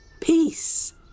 peace